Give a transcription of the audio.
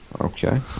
Okay